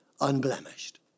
unblemished